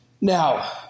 Now